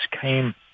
came